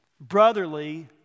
brotherly